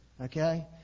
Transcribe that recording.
Okay